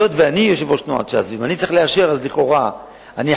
היות שאני יושב-ראש תנועת ש"ס,